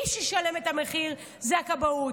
מי שישלם את המחיר זה הכבאות.